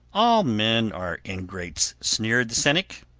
all men are ingrates, sneered the cynic.